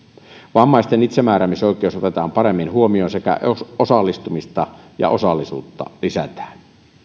vammaisten itsemääräämisoikeus otetaan paremmin huomioon ja osallistumista sekä osallisuutta lisätään